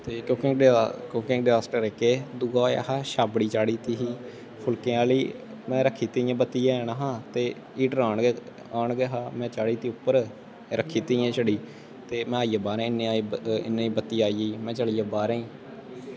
ते cooking gas जेह्के दूआ होआ हा छाबड़ी चाढ़ी दित्ती ही फुलकें आह्ली ते में रक्खी दित्ती ही बत्ती जन ते एह् ऑन हा ते में रक्खी दित्ती उप्पर रक्खी दित्ती ही छड़ी में आई गेआ बाह्रे गी इन्ने चिर च बत्ती बी आई गेई में चली गेआ बाहरै ई